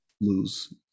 lose